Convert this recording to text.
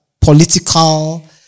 political